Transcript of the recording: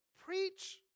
preach